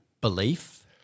belief